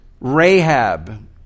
Rahab